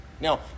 Now